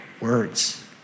words